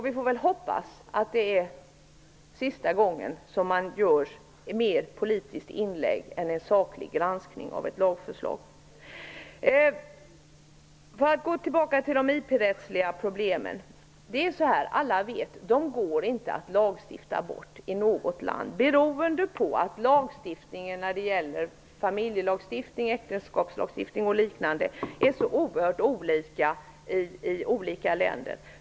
Vi får hoppas att det är sista gången som man gör ett politiskt inlägg mer än en saklig granskning av ett lagförslag. Om jag går tillbaka till de problem som gäller internationell privaträtt vill jag säga följande. Alla vet att de inte går att lagstifta bort i något land, beroende på att familjerättslagstiftning, äktenskapslagstiftning osv. är så olika i olika länder.